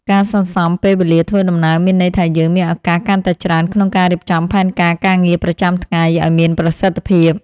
ការសន្សំពេលវេលាធ្វើដំណើរមានន័យថាយើងមានឱកាសកាន់តែច្រើនក្នុងការរៀបចំផែនការការងារប្រចាំថ្ងៃឱ្យមានប្រសិទ្ធភាព។